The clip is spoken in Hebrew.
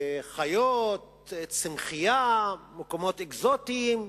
חיות, צמחייה, מקומות אקזוטיים.